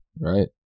right